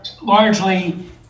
largely